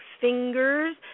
fingers